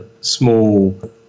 small